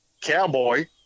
Cowboy